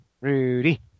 Rudy